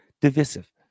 divisive